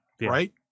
right